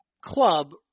club